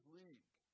league